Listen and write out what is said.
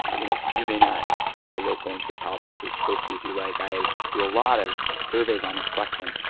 you know, you may not follow local and state politics as closely as you like. i do a lot of of surveys on this question.